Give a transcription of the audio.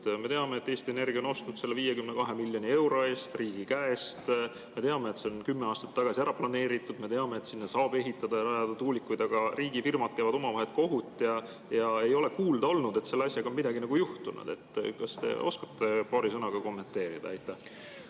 Me teame, et Eesti Energia on ostnud selle 52 miljoni euro eest riigi käest. Me teame, et see on kümme aastat tagasi ära planeeritud. Me teame, et sinna saab ehitada ja rajada tuulikuid. Aga riigifirmad käivad omavahel kohut. Ei ole ka kuulda olnud, et selle asjaga oleks midagi juhtunud. Kas te oskate paari sõnaga seda kommenteerida?